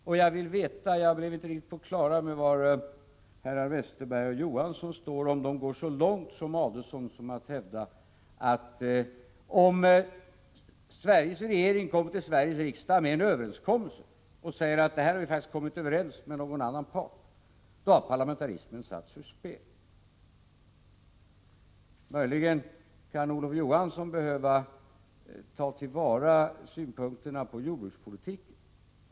Jag har inte riktigt fått klart för mig var herrar Westerberg och Johansson står. Jag undrar därför om ni går lika långt som Ulf Adelsohn och således hävdar att parlamentarismen är satt ur spel om Sveriges regering presenterar en överenskommelse för riksdagen som man faktiskt träffat med en annan part. Möjligen kan Olof Johansson behöva ta till vara synpunkterna på jordbrukspolitiken.